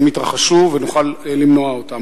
אם יתרחשו, נוכל למנוע אותם.